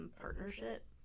partnership